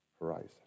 horizon